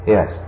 Yes